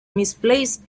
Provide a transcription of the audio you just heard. misplaced